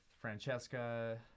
Francesca